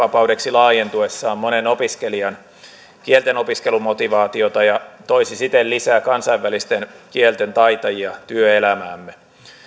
laajentuessaan monen opiskelijan kielten opiskelumotivaatiota ja toisi siten lisää kansainvälisten kielten taitajia työelämäämme